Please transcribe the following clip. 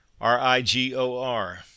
R-I-G-O-R